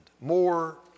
More